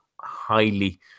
highly